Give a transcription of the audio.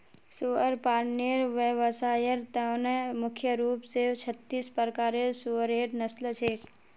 सुअर पालनेर व्यवसायर त न मुख्य रूप स छत्तीस प्रकारेर सुअरेर नस्ल छेक